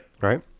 Right